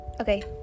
Okay